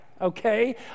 okay